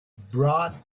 brought